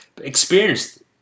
experienced